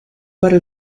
para